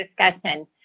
discussion